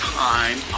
time